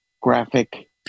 graphic